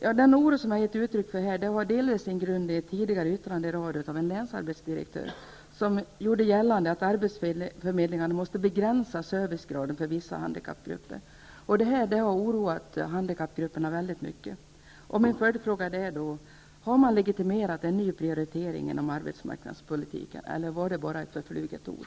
Den oro som jag här har gett uttryck för har delvis grund i ett tidigare yttrande från en länsarbetsdirektör som gjort gällande att arbetsförmedlingarna måste begränsa servicegraden för vissa handikappgrupper. Detta uttalande har oroat handikappgrupperna väldigt mycket. Min följdfråga blir: Har man legitimerat en nyprioritering inom arbetsmarknadspolitiken, eller handlar det bara om förflugna ord?